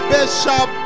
Bishop